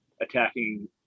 attacking